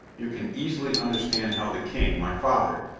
you can easily understand how the king my father,